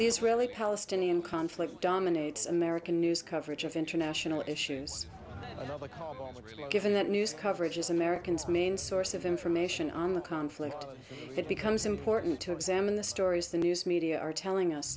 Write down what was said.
the israeli palestinian conflict dominates american news coverage of international issues over cobbles given that news coverage is americans means source of information on the conflict it becomes important to examine the stories the news media are telling us